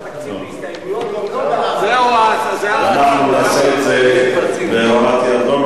נעשה את זה בהרמת יד.